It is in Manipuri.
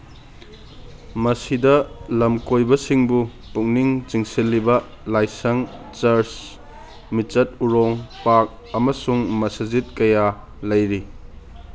ꯃꯁꯤꯗ ꯂꯝ ꯀꯣꯏꯕꯁꯤꯡꯕꯨ ꯄꯨꯛꯅꯤꯡ ꯆꯤꯡꯁꯤꯜꯂꯤꯕ ꯂꯥꯏꯁꯪ ꯆꯔꯆ ꯃꯤꯆꯠ ꯎꯔꯣꯡ ꯄꯥꯔꯛ ꯑꯃꯁꯨꯡ ꯃꯁꯖꯤꯠ ꯀꯌꯥ ꯂꯩꯔꯤ